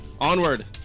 Onward